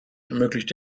ermöglicht